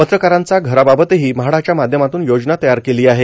पत्रकारांचा घराबाबतही म्हाडाच्या माध्यमातून योजना तयारी केली आहे